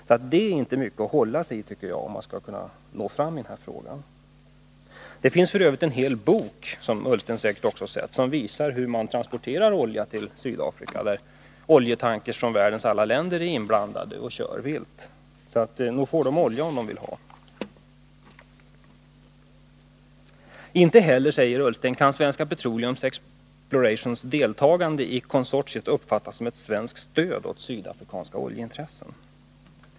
Det är alltså inte mycket att hålla i om man skall kunna nå fram i denna fråga. Det finns f. ö. en hel bok, som Ola Ullsten säkert också har sett, som visar hur man transporterar olja till Sydafrika. Oljetankrar från världens alla länder är inblandade och kör vilt, så nog får Sydafrika olja om Sydafrika vill ha olja. Inte heller, säger Ola Ullsten, kan Svenska Petroleum Explorations deltagande i konsortiet uppfattas som ett svenskt stöd åt sydafrikanska oljeintressen.